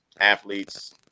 athletes